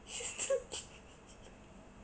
he's too thin